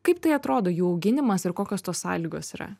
kaip tai atrodo jų auginimas ir kokios tos sąlygos yra